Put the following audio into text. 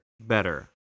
Better